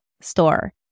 store